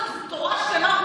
זו תורה שלמה,